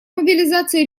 мобилизации